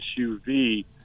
SUV